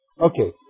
Okay